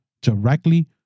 directly